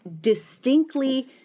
distinctly